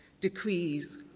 decrees